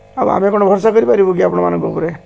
ଆଉ ଆମେ କ'ଣ ଭରସା କରିପାରିବୁ କି ଆପଣମାନଙ୍କ ଉପରେ